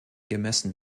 gemessen